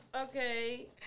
Okay